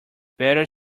better